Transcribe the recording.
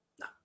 No